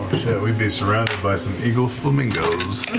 we be surrounded by some eagle flamingos.